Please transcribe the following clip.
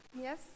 Yes